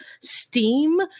Steam